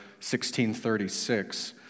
1636